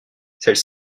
celles